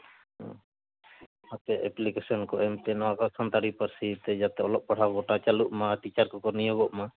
ᱟᱯᱮ ᱮᱯᱞᱤᱠᱮᱥᱮᱱ ᱠᱚ ᱮᱢᱯᱮ ᱱᱚᱣᱟ ᱠᱚ ᱥᱟᱱᱛᱟᱲᱤ ᱯᱟᱹᱨᱥᱤ ᱛᱮ ᱡᱟᱛᱮ ᱚᱞᱚᱜ ᱯᱟᱲᱦᱟᱣ ᱜᱚᱴᱟ ᱪᱟᱹᱞᱩᱜ ᱢᱟ ᱟᱨ ᱴᱤᱪᱟᱨ ᱠᱚᱠᱚ ᱱᱤᱭᱳᱜᱚᱜ ᱢᱟ